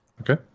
Okay